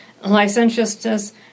licentiousness